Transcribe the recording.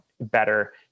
better